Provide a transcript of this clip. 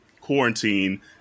quarantine